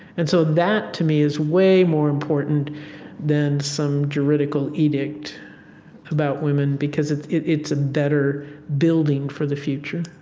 and so that, to me, is way more important than some juridical edict about women. because it's it's a better building for the future,